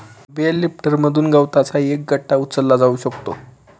bell लिफ्टरमधून गवताचा एक गठ्ठा उचलला जाऊ शकतो